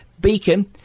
Beacon